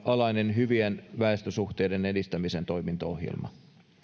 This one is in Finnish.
alainen hyvien väestösuhteiden edistämisen toimintaohjelma